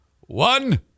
one